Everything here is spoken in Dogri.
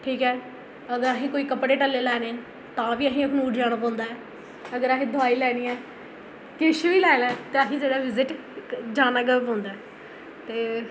ठीक ऐ अगर असें कोई कपड़े टल्ले लैने तां बी असें ई अखनूर जाना पौंदा ऐ अगर असें दोआई लैनी ऐ किश बी लैना ऐ ते असें ई जेह्ड़ा विजिट जाना गै पौंदा ऐ ते